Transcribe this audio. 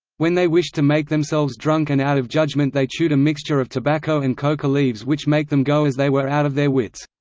when they wished to make themselves drunk and out of judgment they chewed a mixture of tobacco and coca leaves which make them go as they were out of their wittes.